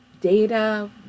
data